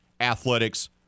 Athletics